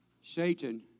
Satan